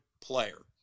player